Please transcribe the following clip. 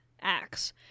acts